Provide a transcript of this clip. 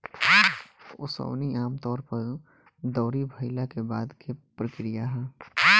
ओसवनी आमतौर पर दौरी भईला के बाद के प्रक्रिया ह